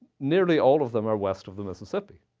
nearly all of them are west of the mississippi.